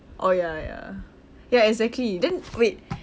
oh ya ya ya exactly then wait